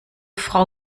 frau